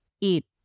eat